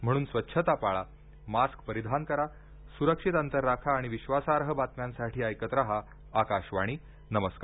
म्हणून स्वच्छता पाळा मास्क परिधान करा सुरक्षित अंतर राखा आणि विश्वासार्ह बातम्यांसाठी ऐकत राहा आकाशवाणी नमस्कार